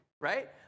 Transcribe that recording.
right